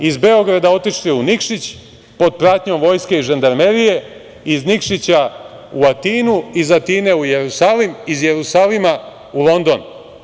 Iz Beograda otišli u Nikšić pod pratnjom vojske i žandarmerije, iz Nikšića u Atinu, iz Atine u Jerusalim, iz Jerusalima u London.